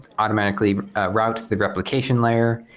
automatically routes the replication layer,